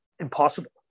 impossible